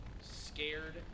scared